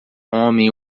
homem